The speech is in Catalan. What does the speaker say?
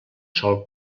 sol